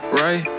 right